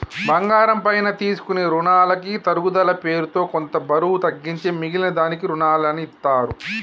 బంగారం పైన తీసుకునే రునాలకి తరుగుదల పేరుతో కొంత బరువు తగ్గించి మిగిలిన దానికి రునాలనిత్తారు